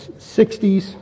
60s